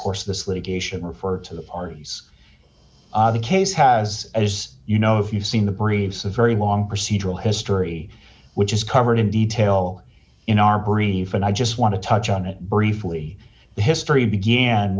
course of this litigation refer to the parties the case has as you know if you've seen the briefs a very long procedural history which is covered in detail in our brief and i just want to touch on it briefly history began